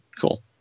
cool